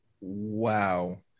Wow